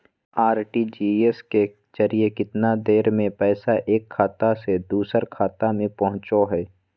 RTGS के जरिए कितना देर में पैसा एक खाता से दुसर खाता में पहुचो है?